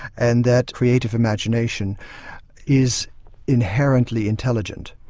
and that creative imagination is inherently intelligent.